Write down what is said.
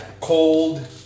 Cold